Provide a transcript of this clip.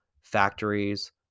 factories